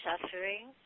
suffering